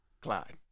Clyde